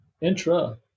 intra